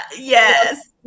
Yes